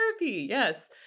yes